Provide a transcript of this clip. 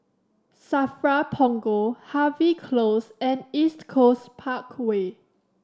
SAFRA Punggol Harvey Close and East Coast Parkway